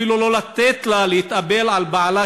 אפילו לא לתת לה להתאבל על בעלה,